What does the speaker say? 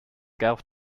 guelph